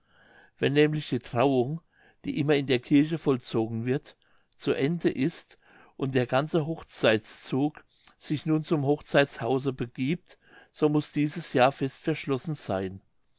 wenn nämlich die trauung die immer in der kirche vollzogen wird zu ende ist und der ganze hochzeitszug sich nun zum hochzeitshause begiebt so muß dieses ja fest verschlossen seyn